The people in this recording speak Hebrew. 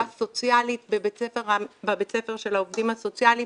סוציאלית בבית הספר של העובדים הסוציאליים.